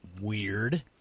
Weird